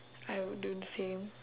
I would do the same